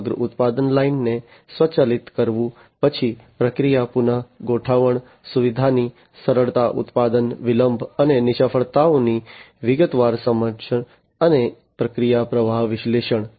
સમગ્ર ઉત્પાદન લાઇનને સ્વચાલિત કરવું પછી પ્રક્રિયા પુનઃ ગોઠવણ સુવિધાની સરળતા ઉત્પાદન વિલંબ અને નિષ્ફળતાઓની વિગતવાર સમજ અને પ્રક્રિયા પ્રવાહ વિશ્લેષણ